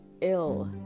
ill